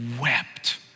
wept